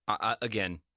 Again